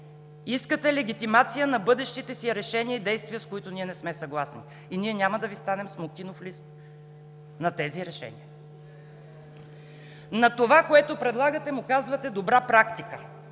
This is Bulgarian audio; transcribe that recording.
Искате легитимация на бъдещите си решения и действия, с които ние не сме съгласни и ние няма да Ви станем „смокинов лист“ на тези решения. На това, което предлагате, му казвате „добра практика“.